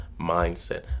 mindset